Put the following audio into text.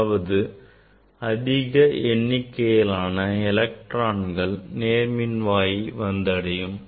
அதாவது அதிக எண்ணிக்கையிலான எலக்ட்ரான்கள் நேர்மின்வாயை அடையும்